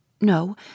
No